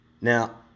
Now